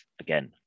again